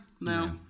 No